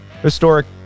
Historic